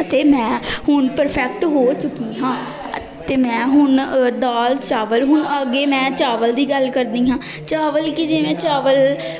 ਅਤੇ ਮੈਂ ਹੁਣ ਪਰਫੈਕਟ ਹੋ ਚੁੱਕੀ ਹਾਂ ਅਤੇ ਮੈਂ ਹੁਣ ਦਾਲ ਚਾਵਲ ਹੁਣ ਅੱਗੇ ਮੈਂ ਚਾਵਲ ਦੀ ਗੱਲ ਕਰਦੀ ਹਾਂ ਚਾਵਲ ਕਿ ਜਿਵੇਂ ਚਾਵਲ